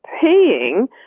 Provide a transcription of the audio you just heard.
paying